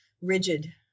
rigid